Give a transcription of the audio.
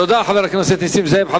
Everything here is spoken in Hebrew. תודה, חבר הכנסת נסים זאב.